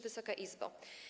Wysoka Izbo!